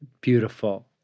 Beautiful